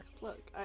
look